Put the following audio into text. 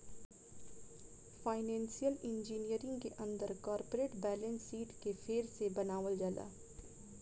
financial engineering के अंदर corporate balance sheet के फेर से बनावल जाला